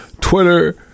Twitter